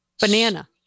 banana